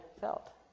felt